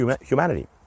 humanity